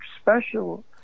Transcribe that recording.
special